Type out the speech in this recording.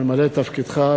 ממלא את תפקידך.